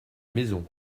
maison